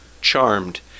charmed